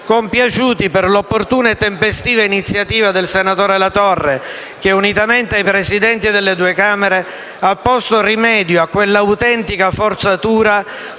compiaciuti per l'opportuna e tempestiva iniziativa del senatore Latorre che, unitamente ai Presidenti delle due Camere, ha posto rimedio a quell'autentica forzatura